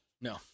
No